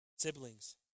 Siblings